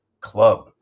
Club